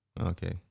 okay